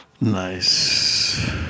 nice